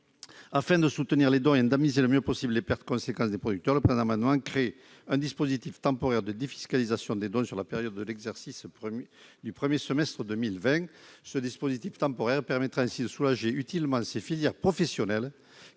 Afin de soutenir les dons et d'indemniser le mieux possible les pertes considérables des producteurs, le présent amendement crée un dispositif temporaire de défiscalisation des dons sur la période de l'exercice du premier semestre 2020. Ce dispositif temporaire permettra ainsi de soulager utilement ces filières professionnelles,